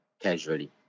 casually